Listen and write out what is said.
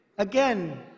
Again